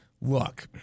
Look